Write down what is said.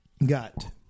got